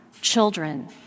children